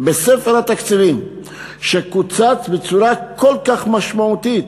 בספר התקציבים שקוצץ בצורה כל כך משמעותית.